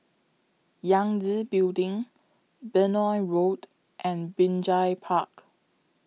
Yangtze Building Benoi Road and Binjai Park